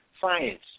science